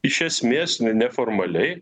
iš esmės neformaliai